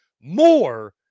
more